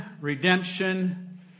redemption